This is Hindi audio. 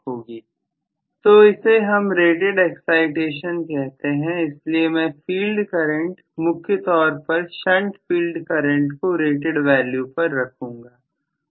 तो इसे हम रेटेड एक्साइटेशन कहते हैं इसलिए मैं फील्ड करंट मुख्य तौर पर शंट फील्ड करंट को रेटेड वैल्यू पर रखूंगा ठीक